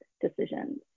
decisions